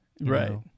Right